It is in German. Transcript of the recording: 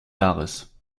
jahres